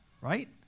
Right